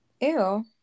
Ew